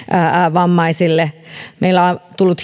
vammaisille meille on tullut